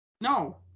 No